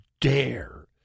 dare